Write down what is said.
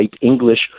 English